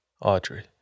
Audrey